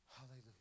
Hallelujah